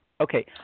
Okay